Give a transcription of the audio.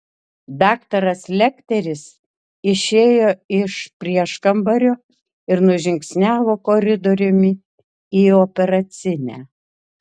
daktaras lekteris išėjo iš prieškambario ir nužingsniavo koridoriumi į operacinę